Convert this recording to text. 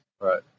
Right